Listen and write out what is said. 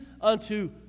unto